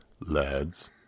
lads